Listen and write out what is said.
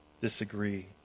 disagree